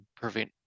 prevent